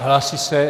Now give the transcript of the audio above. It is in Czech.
Hlásí se?